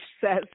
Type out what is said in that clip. says